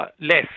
less